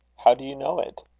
how do you know it?